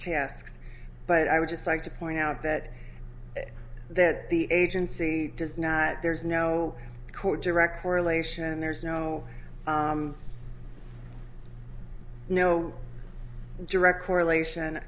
tasks but i would just like to point out that that the agency does not there's no court direct correlation and there's no no direct correlation